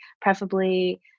Preferably